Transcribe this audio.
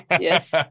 yes